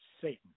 Satan